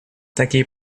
такие